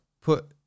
put